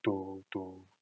to to